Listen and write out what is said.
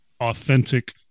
authentic